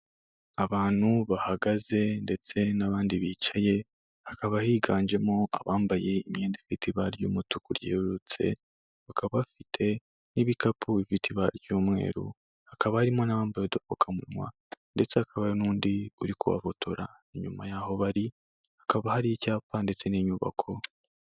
Abantu bahagaze ndetse n'abandi bicaye, hakaba higanjemo abambaye imyenda ifite ibara ry'umutuku ryerurutse, bakaba bafite n'ibikapu bifite ibara ry'umweru, hakaba harimo n'abambaye udupfukamunwa, ndetse hakaba n'undi uri kubafotora, inyuma y'aho bari, hakaba hari icyapa ndetse n'inyubako.